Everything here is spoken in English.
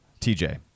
TJ